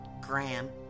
Graham